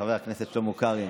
חבר הכנסת שלמה קרעי,